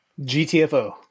GTFO